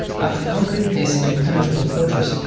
after conquering this impenetrable fortress,